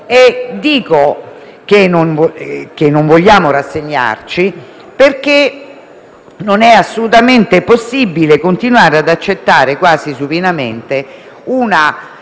nostro esame. Non vogliamo rassegnarci perché non è assolutamente possibile continuare ad accettare quasi supinamente una